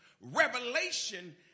revelation